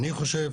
אני חושב,